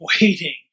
waiting